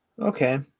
okay